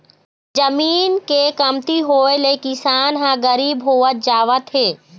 जमीन के कमती होए ले किसान ह गरीब होवत जावत हे